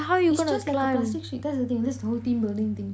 it's just like a plastic sheet that's the thing that's the whole team building thing